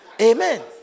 Amen